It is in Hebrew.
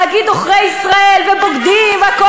להגיד "עוכרי ישראל" ו"בוגדים" ו"הכול